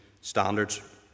standards